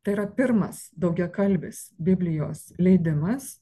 tai yra pirmas daugiakalbis biblijos leidimas